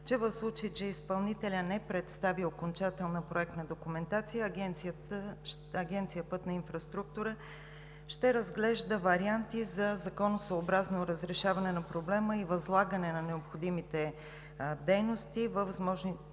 че в случай че изпълнителят не представи окончателна проектна документация, Агенция „Пътна инфраструктура“ ще разглежда варианти за законосъобразно разрешаване на проблема и възлагане на необходимите дейности във възможно